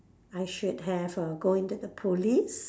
I should have uh go in to the police